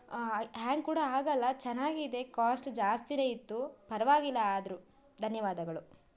ಹ್ಯಾಂಗ್ ಕೂಡ ಆಗೋಲ್ಲ ಚೆನ್ನಾಗಿದೆ ಕಾಸ್ಟ್ ಜಾಸ್ತಿನೇ ಇತ್ತು ಪರವಾಗಿಲ್ಲ ಆದರೂ ಧನ್ಯವಾದಗಳು